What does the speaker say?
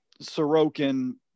Sorokin